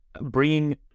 bringing